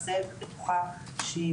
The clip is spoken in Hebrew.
הנתונים שקיבלנו ב-17.11 היה ש-3,000